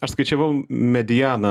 aš skaičiavau medianą